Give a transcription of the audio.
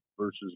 versus